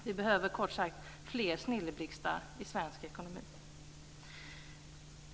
Vi behöver kort sagt fler snilleblixtar i svensk ekonomi.